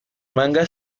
manga